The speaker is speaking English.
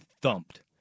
thumped